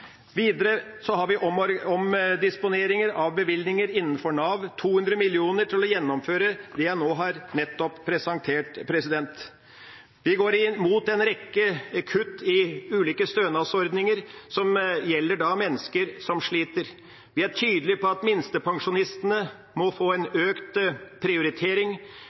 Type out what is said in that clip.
Videre har vi omdisponeringer av bevilgninger innenfor Nav – 200 mill. kr til å gjennomføre det jeg nå nettopp har presentert. Vi går imot en rekke kutt i ulike stønadsordninger, som gjelder mennesker som sliter. Vi er tydelig på at minstepensjonistene må få økt prioritering.